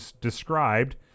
described